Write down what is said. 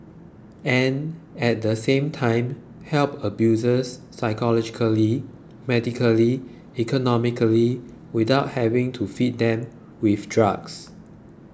and at the same time help abusers psychologically medically economically without having to feed them with drugs